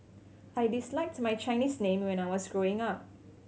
I disliked my Chinese name when I was growing up